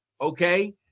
Okay